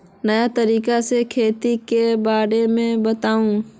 नया तरीका से खेती के बारे में बताऊं?